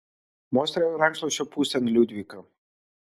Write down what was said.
mostelėjo rankšluosčio pusėn liudvika